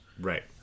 Right